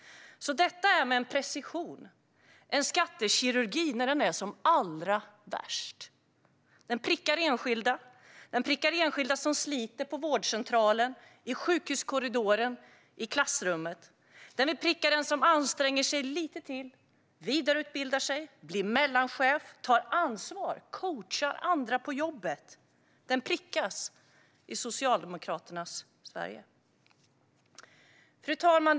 Detta är precision, skattekirurgi när den är som värst. Med den prickar man enskilda som sliter för att räcka till på vårdcentralen, i sjukhuskorridoren eller i klassrummet. Man vill med den pricka dem som anstränger sig lite till, som vidareutbildar sig och blir mellanchefer och som tar ansvar för att coacha andra på jobbet. De prickas i Socialdemokraternas Sverige. Fru talman!